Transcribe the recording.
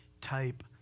type